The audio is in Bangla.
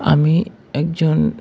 আমি একজন